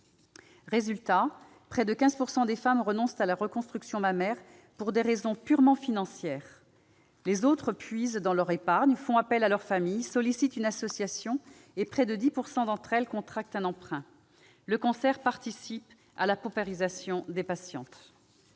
Résultat : près de 15 % des femmes renoncent à la reconstruction mammaire pour des raisons purement financières. Les autres puisent dans leur épargne, font appel à leur famille, sollicitent une association, et près de 10 % d'entre elles contractent un emprunt. Le cancer participe à la paupérisation des patientes.